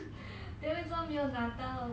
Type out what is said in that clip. then 为什么没有拿到